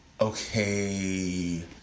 okay